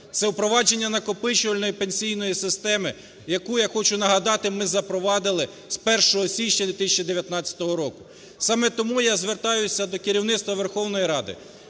це впровадження накопичувальної пенсійної системи, яку, я хочу нагадати, ми запровадили з 1 січня 2019 року. Саме тому я звертаюсь до керівництва Верховної Ради,